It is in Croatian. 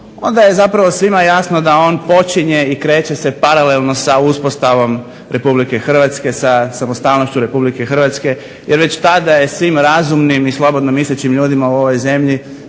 onda je zapravo svima jasno da on počinje i kreće se paralelno sa uspostavom RH sa samostalnošću RH jer već tada je svim razumnim i slobodno mislećim ljudima u ovoj zemlji